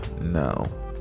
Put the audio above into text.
no